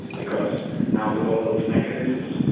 because now with all those mechanisms,